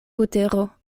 butero